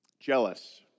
Jealous